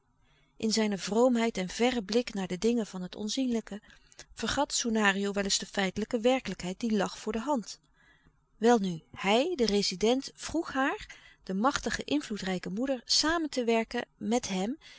in zijne vroomheid en verren blik naar de dingen van het onzienlijke vergat soenario wel eens de feitelijke werkelijkheid die lag voor de hand welnu hij de rezident vroeg haar de machtige invloedrijke moeder samen te werken met hem